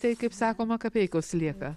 tai kaip sakoma kapeikos lieka